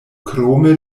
krome